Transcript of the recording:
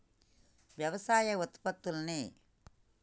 వ్యవసాయ ఉత్పత్తుల్ని